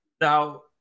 now